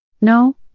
No